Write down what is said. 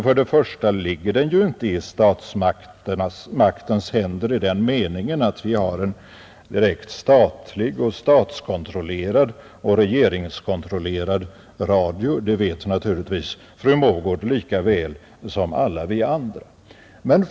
För det första ligger det ju inte i statsmaktens händer i den meningen att vi har en direkt statlig och statseller regeringskontrollerad radio. Det vet naturligtvis fru Mogård lika väl som alla vi andra.